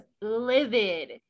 livid